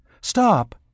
Stop